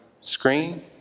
screen